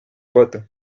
pato